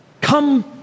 Come